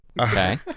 Okay